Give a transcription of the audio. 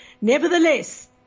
Nevertheless